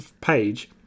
page